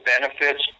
benefits